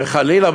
שחלילה,